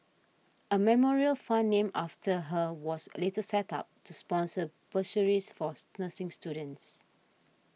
a memorial fund named after her was a later set up to sponsor bursaries for nursing students